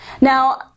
now